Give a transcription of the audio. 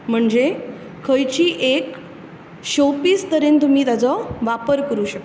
म्हणजे खंयची एक शोपीस तरेन तुमी ताजो वापर करूं शकतात